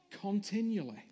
continually